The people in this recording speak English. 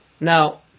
Now